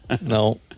No